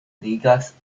ligas